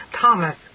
Thomas